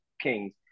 kings